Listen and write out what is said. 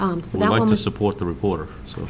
to support the reporter so